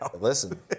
Listen